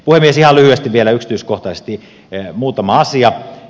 ihan lyhyesti vielä yksityiskohtaisesti muutama asia